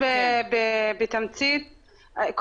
נושא הקיצוץ בתקציבים הוא